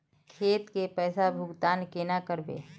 खेत के पैसा भुगतान केना करबे?